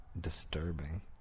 disturbing